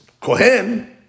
Kohen